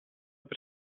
per